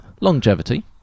longevity